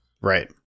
Right